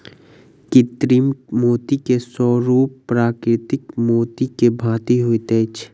कृत्रिम मोती के स्वरूप प्राकृतिक मोती के भांति होइत अछि